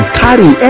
carry